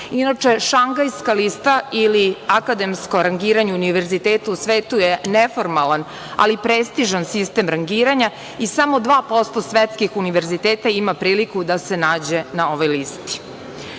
mesta. Inače, Šangajska lista ili akademsko rangiranje univerziteta u svetu je neformalan, ali prestižan sistem rangiranja i samo 2% svetskih univerziteta ima priliku da se nađe na ovoj listi. Veoma